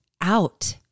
out